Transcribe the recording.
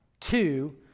Two